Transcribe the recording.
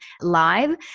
Live